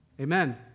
Amen